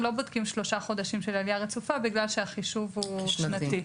לא בודקים שלושה חודשים של עלייה רצופה בגלל שהחישוב הוא שנתי.